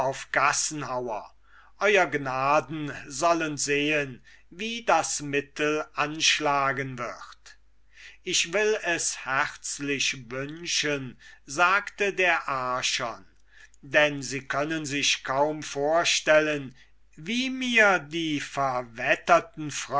gassenhauer sie sollen sehen wie das mittel anschlagen wird ich will es herzlich wünschen sagte der archon denn sie können sich kaum vorstellen wie mir die